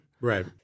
Right